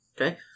Okay